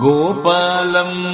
Gopalam